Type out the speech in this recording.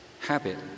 habit